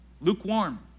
lukewarm